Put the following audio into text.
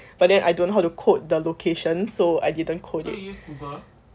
but then I don't know how to code the location so I didn't code